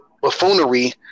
buffoonery